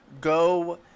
go